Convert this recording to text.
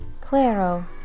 Claro